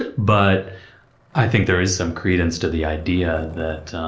ah but i think there is some credence to the idea that,